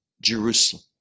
Jerusalem